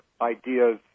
ideas